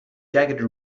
jagged